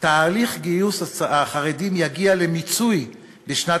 "תהליך גיוס החרדים יגיע למיצוי בשנת